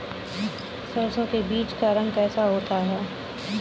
सरसों के बीज का रंग कैसा होता है?